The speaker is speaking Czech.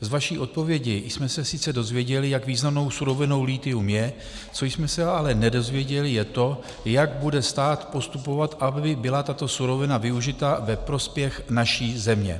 Z vaší odpovědi jsme se sice dozvěděli, jak významnou surovinou lithium je, co jsme se ale nedozvěděli, je to, jak bude stát postupovat, aby byla tato surovina využita ve prospěch naší země.